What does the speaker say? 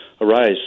arise